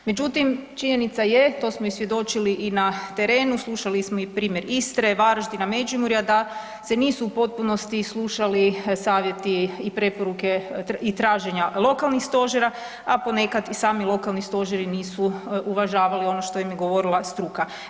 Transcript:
Međutim, činjenica je, to smo i svjedočili i na terenu, slušali smo i primjer Istre, Varaždina, Međimurja, da se nisu u potpunosti slušali savjeti i preporuke i traženja lokalnih stožera, a ponekad i sami lokalni stožeri nisu uvažavali ono što im je govorila struka.